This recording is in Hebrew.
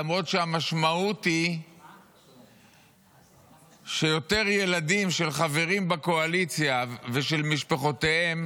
למרות שהמשמעות היא שיותר ילדים של חברים בקואליציה ושל משפחותיהם